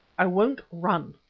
i won't run,